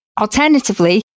Alternatively